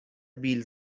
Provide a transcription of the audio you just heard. بیل